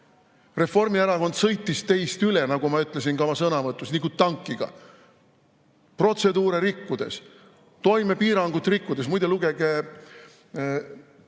Reformierakond sõitis teist üle, nagu ma ütlesin ka oma sõnavõtus, nagu tankiga, protseduure rikkudes, toimepiirangut rikkudes. Muide, lugege